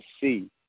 see